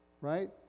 Right